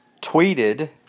tweeted